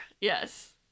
Yes